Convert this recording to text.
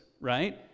right